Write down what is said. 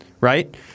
Right